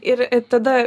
ir tada